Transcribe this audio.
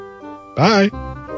Bye